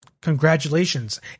Congratulations